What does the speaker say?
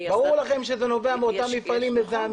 ברור לכם שזה נובע מאותם מפעלים מזהמים.